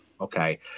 okay